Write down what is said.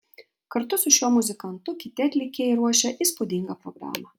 kartu su šiuo muzikantu kiti atlikėjai ruošia įspūdingą programą